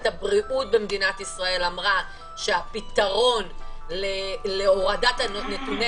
הבריאות במדינת ישראל אמרה שהפתרון להורדת נתוני